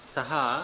Saha